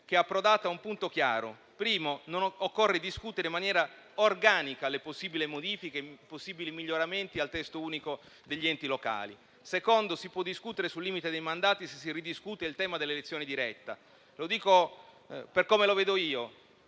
che è approdata a un punto chiaro. Primo: occorre discutere in maniera organica le possibili modifiche e i possibili miglioramenti al testo unico degli enti locali; secondo: si può discutere sul limite dei mandati se si ridiscute il tema dell'elezione diretta. Lo dico per come la vedo io: